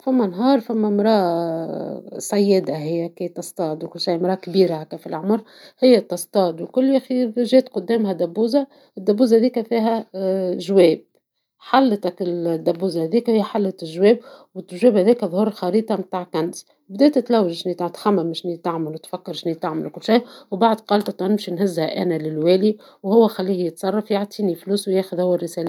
فما نهار فما مرا صيادة هي هكاكا تصطاد وكل شي مرا كبيرة في العمر ، هي تصطاد والكل جات قدامها دبوزة الدبوزة ذيكا فيها جواب ، حلت هكا الدبوزة هذيكا لقات جواب، الجواب هذاكا ظهر خريطة نتاع كنز ،بدات تلوج شنيا تخمم شنيا تعمل وتفكر شنيا تعمل وكل شي ، وبعد قالت توا نمشي نهزها أنا للوالي وهو خليه يتصرف يعطيني فلوس وياخذ هو الرسالة.